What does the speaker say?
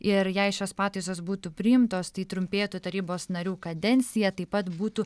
ir jei šios pataisos būtų priimtos tai trumpėtų tarybos narių kadencija taip pat būtų